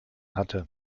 hatte